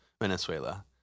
Venezuela